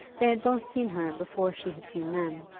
they had both seen her before she had seen them,